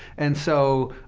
and so,